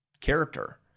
character